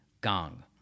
gong